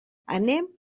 anem